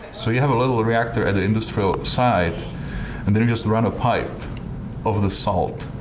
so you have a little reactor as an industrial site and then just and run a pipe of the salt.